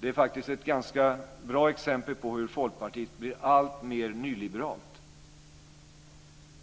Det är faktiskt ett ganska bra exempel på hur Folkpartiet blir alltmer nyliberalt.